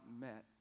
met